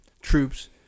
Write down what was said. troops